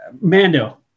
Mando